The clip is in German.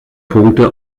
punkte